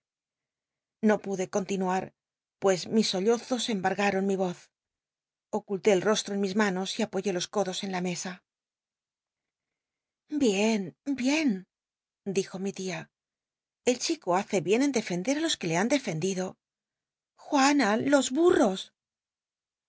no pude continuar pues mis sollozos embargaron mi voz oculté el rostro en mis manos y apoyé los codos en la mesa bien bien dijo mi tia el chico hace bien en defender á los que le han defendido juana los burros